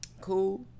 Cool